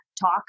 talk